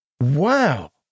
Wow